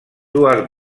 dues